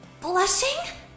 blushing